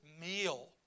meal